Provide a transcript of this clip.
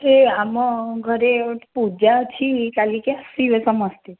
ଆମ ଘରେ ପୂଜା ଅଛି କାଲି କି ଆସିବେ ସମସ୍ତେ